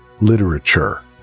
literature